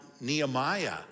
Nehemiah